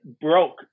broke